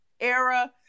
era